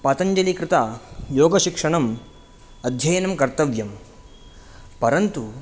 पतञ्जलिकृतयोगशिक्षणम् अध्ययनं कर्तव्यं परन्तु